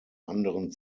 anderen